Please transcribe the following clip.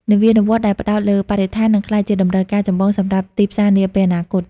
នវានុវត្តន៍ដែលផ្ដោតលើបរិស្ថាននឹងក្លាយជាតម្រូវការចម្បងសម្រាប់ទីផ្សារនាពេលអនាគត។